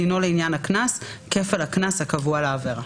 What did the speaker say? דינו נסיבה מחמירהלעניין הקנס כפל הקנס הקבוע לעבירה".